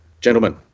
Gentlemen